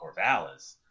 Corvallis